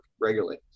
regularly